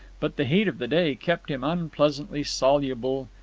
but the heat of the day kept him unpleasantly soluble,